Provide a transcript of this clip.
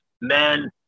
men